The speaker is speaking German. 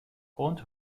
und